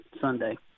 Sunday